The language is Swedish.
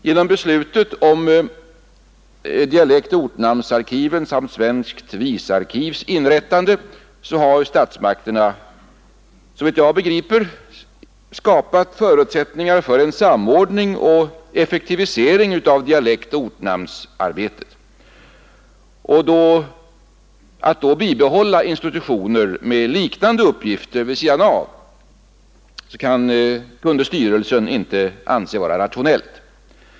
Genom beslutet om dialektoch ortnamnsarkiven samt svenskt visarkivs inrättande har statsmakterna såvitt jag förstår skapat förutsättningar för en samordning och effektivisering av dialektoch ortnamnsarbetet. Att då bibehålla institutioner med liknande uppgifter vid sidan om kunde styrelsen inte anse vara rationellt.